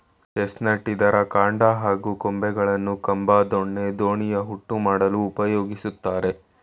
chestnut ಇದ್ರ ಕಾಂಡ ಹಾಗೂ ಕೊಂಬೆಗಳನ್ನು ಕಂಬ ದೊಣ್ಣೆ ದೋಣಿಯ ಹುಟ್ಟು ಮಾಡಲು ಉಪಯೋಗಿಸ್ತಾರೆ